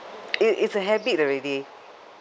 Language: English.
it it's a habit already